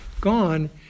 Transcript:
gone